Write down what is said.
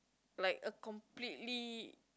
like a completely